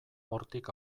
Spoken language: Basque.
hortik